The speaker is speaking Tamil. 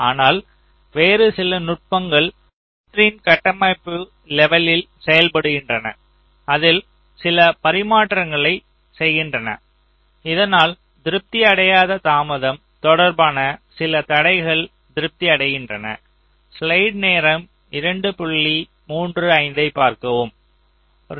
ஆனால் வேறு சில நுட்பங்கள் சுற்றின் கட்டமைப்பு லெவலில் செயல்படுகின்றன அதில் சில பரிமாற்றங்களைச் செய்கின்றன இதனால் திருப்தி அடையாத தாமதம் தொடர்பான சில தடைகள் திருப்தி அடைகின்றன